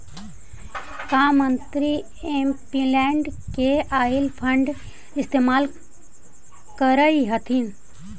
का मंत्री एमपीलैड में आईल फंड इस्तेमाल करअ हथीन